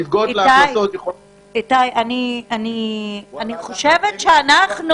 אני חושבת שאנחנו